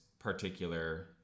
particular